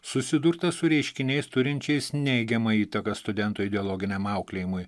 susidurta su reiškiniais turinčiais neigiamą įtaką studentų ideologiniam auklėjimui